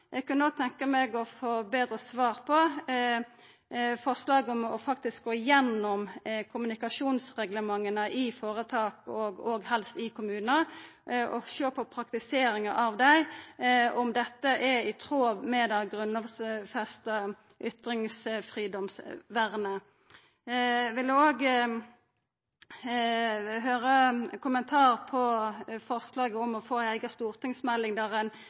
Eg kunne òg tenkja meg å få betre svar på forslaget om å gå igjennom kommunikasjonsreglementa i føretak, og òg helst i kommunane, og sjå på praktiseringa av dei, om dette er i tråd med det grunnlovfesta ytringsfridomsvernet. Eg vil òg høyra kommentar på forslaget om å få ei eiga stortingsmelding der ein